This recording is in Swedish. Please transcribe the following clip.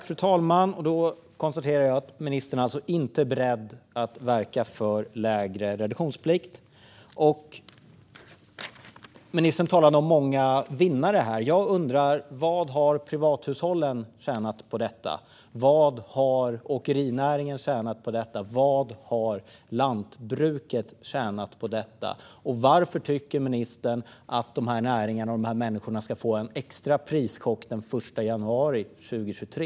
Fru talman! Jag konstaterar att ministern alltså inte är beredd att verka för lägre reduktionsplikt. Ministern talade om många vinnare. Jag undrar vad privathushållen, åkerinäringen och lantbruket har tjänat på detta. Varför tycker ministern att de här näringarna och dessa människor ska få en extra prischock 2023?